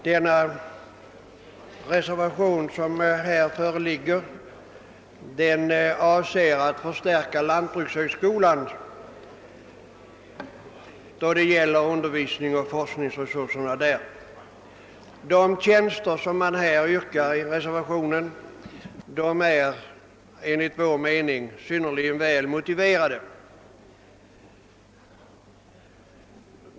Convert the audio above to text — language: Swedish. Herr talman! Genom den föreliggande reservationen avser man att förstärka lantbrukshögskolans undervisning och forskningsresurser. De tjänster varom yrkanden görs i reservationen, är enligt vår mening synnerligen väl motiverade.